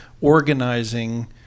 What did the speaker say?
organizing